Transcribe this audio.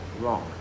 Wrong